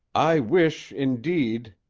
i wish, indeed,